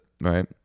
right